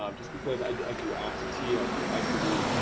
um just because i do i do absentee, i do equity,